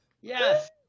Yes